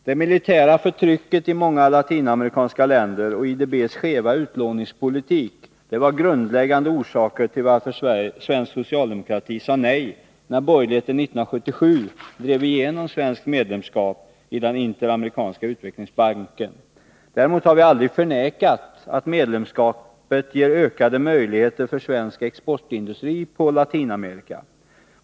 Det militära förtrycket i många latinamerikanska länder och IDB:s skeva utlåningspolitik var grundläggande orsaker till att svensk socialdemokrati sade nej, när borgerligheten 1977 drev igenom svenskt medlemskap i Interamerikanska utvecklingsbanken. Däremot har vi aldrig förnekat att medlemskapet ger ökade möjligheter för svensk exportindustri i Latinamerika.